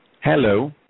Hello